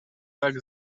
tak